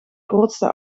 grootste